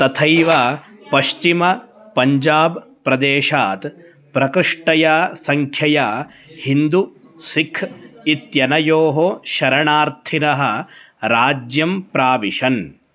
तथैव पश्चिमपञ्जाब् प्रदेशात् प्रकृष्टया सङ्ख्यया हिन्दु सिख् इत्यनयोः शरणार्थिनः राज्यं प्राविशन्